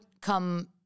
come